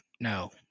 No